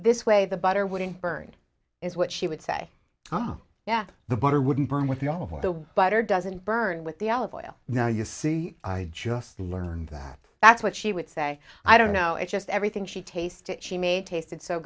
this way the butter wouldn't burn is what she would say oh yeah the butter wouldn't burn with the awful the butter doesn't burn with the olive oil now you see i just learned that that's what she would say i don't know it's just everything she tasted she made tasted so